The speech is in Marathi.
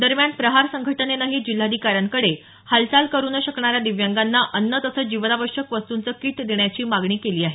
दरम्यान प्रहार संघटनेनंही जिल्हाधिकाऱ्यांकडे हालचाल करू न शकणाऱ्या दिव्यांगांना अन्न तसंच जीवनावश्यक वस्तूंचं किट देण्याची मागणी केली आहे